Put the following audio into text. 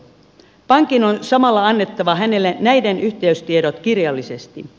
pankin on samalla annettava hänelle näiden yhteystiedot kirjallisesti